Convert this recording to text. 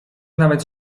nawet